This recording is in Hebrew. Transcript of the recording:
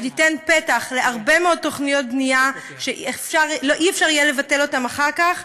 שתיתן פתח להרבה מאוד תוכניות בנייה שלא יהיה אפשר לבטל אותן אחר כך,